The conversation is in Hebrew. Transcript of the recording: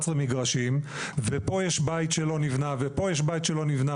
מגרשים ופה יש בית שלא נבנה ופה יש בית שלא נבנה